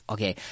Okay